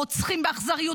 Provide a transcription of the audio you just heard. רוצחים באכזריות.